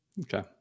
okay